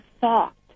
thought